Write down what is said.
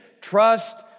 trust